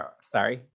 Sorry